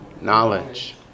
knowledge